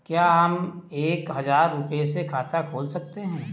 क्या हम एक हजार रुपये से खाता खोल सकते हैं?